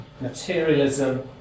materialism